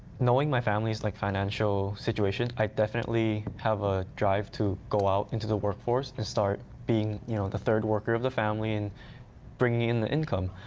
knowing my family is like financial situation, i definitely have a drive to go out into the workforce and start being you know the third worker of the family and bringing in the income.